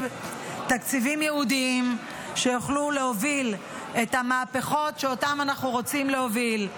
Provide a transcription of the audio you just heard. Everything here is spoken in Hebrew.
תקציבים ייעודיים שיוכלו להוביל את המהפכות שאותם אנחנו רוצים להוביל.